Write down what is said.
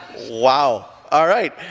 wow. all right.